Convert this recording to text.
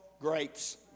Grapes